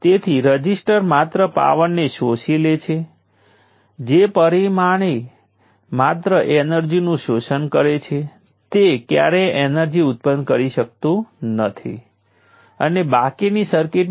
તેથી હવે રઝિસ્ટર દ્વારા શોષાયેલી પાવર શું છે તે VR IR છે જે 5 મિલી એમ્પ્સ × 5 વોલ્ટ છે જે 25 મિલી વોટ છે